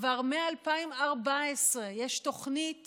כבר מ-2014 יש תוכנית